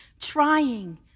trying